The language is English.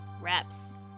reps